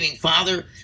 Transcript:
Father